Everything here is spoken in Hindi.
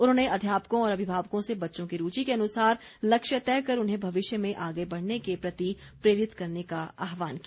उन्होंने अध्यापकों और अभिभावकों से बच्चों की रूचि के अनुसार लक्ष्य तय कर उन्हें भविष्य में आगे बढ़ने के प्रति प्रेरित करने का आहवान किया